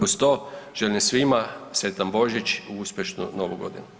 Uz to želim svima sretan Božić i uspješnu Novu Godinu.